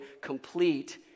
complete